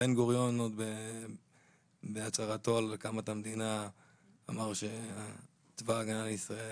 שבן גוריון עוד בהצהרתו על הקמת המדינה אמר שצבא ההגנה לישראל